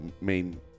main